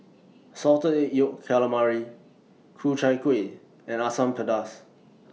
Salted Egg Yolk Calamari Ku Chai Kueh and Asam Pedas